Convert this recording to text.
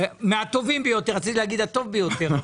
מהטובים ביותר; רציתי להגיד הטוב ביותר,